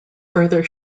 further